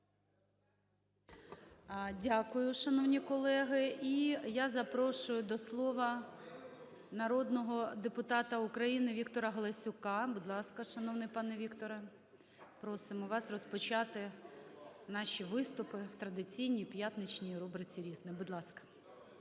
Дякую, шановні колеги! І я запрошую до слова народного депутата України Віктора Галасюка. Будь ласка, шановний пане Вікторе, просимо вас розпочати наші виступи в традиційній п'ятничній рубриці "Різне". Будь ласка.